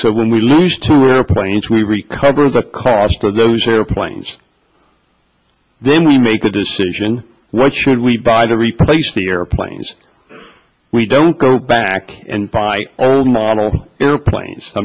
so when we lose two airplanes we recover the cost of those airplanes then we make the decision what should we buy to replace the airplanes we don't go back and buy old model airplanes i